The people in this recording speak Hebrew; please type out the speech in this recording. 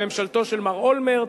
לממשלתו של מר אולמרט,